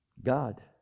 god